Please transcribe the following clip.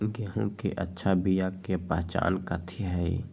गेंहू के अच्छा बिया के पहचान कथि हई?